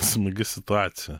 smagi situacija